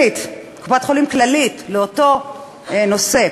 קופת-חולים כללית לאותו נושא.